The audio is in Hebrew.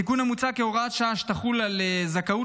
התיקון מוצע כהוראת שעה שתחול על זכאות